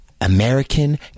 american